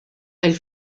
elle